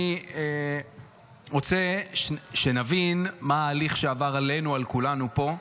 אני רוצה שנבין מה ההליך שעבר עלינו, על כולנו פה,